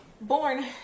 born